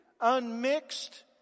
Unmixed